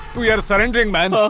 we are surrendering man. and